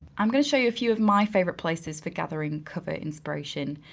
i'm gonna show you a few of my favorite places for gathering cover inspiration.